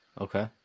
Okay